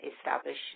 establish